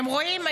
אתם רואים?